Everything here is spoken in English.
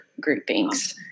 groupings